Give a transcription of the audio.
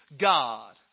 God